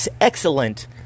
excellent